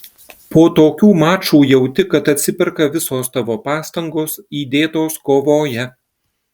po tokių mačų jauti kad atsiperka visos tavo pastangos įdėtos kovoje